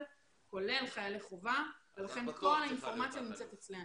כולל חיילי חובה ולכן כל האינפורמציה נמצאת אצלי.